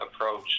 approach